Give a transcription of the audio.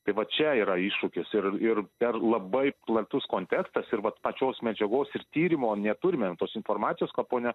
tai vat čia yra iššūkis ir ir per labai platus kontekstas ir vat pačios medžiagos ir tyrimo neturime tos informacijos ką ponia